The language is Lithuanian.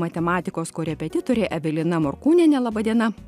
matematikos korepetitorė evelina morkūnienė laba diena